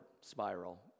spiral